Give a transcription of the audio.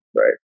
right